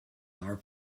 our